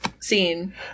scene